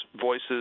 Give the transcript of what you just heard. voices